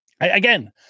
Again